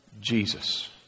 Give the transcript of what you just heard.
Jesus